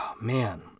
man